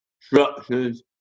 structures